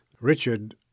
Richard